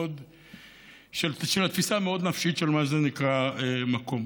של התפיסה המאוד-נפשית של מה נקרא מקום.